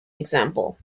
example